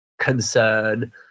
concern